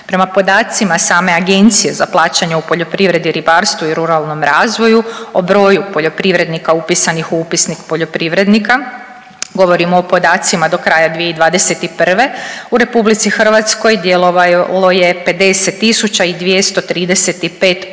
Prema podacima same Agencije za plaćanje u poljoprivredi, ribarstvu i ruralnom razvoju o broju poljoprivrednika upisanih u upisnik poljoprivrednika, govorim o podacima do kraja 2021., u RH djelovalo je 50.235